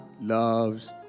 loves